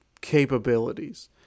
capabilities